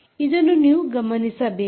ಇದನ್ನು ನೀವು ಗಮನಿಸಬೇಕು